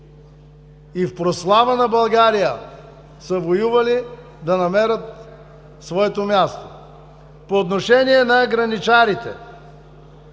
в прослава на България, да намерят своето място. По отношение на граничарите.